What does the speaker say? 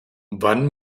wann